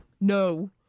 no